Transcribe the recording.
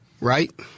Right